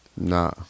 Nah